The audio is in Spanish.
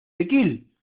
tequil